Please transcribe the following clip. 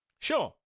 Sure